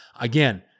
again